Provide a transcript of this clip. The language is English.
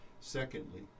Secondly